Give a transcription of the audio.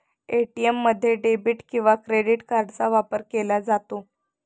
ATM मध्ये debit किंवा credit कार्डचा वापर केला जातो